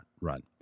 run